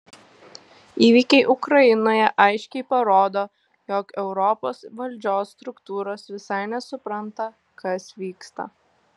įvykiai ukrainoje aiškiai parodo jog europos valdžios struktūros visai nesupranta kas vyksta